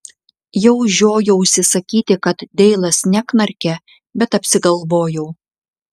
jau žiojausi sakyti kad deilas neknarkia bet apsigalvojau